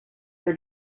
were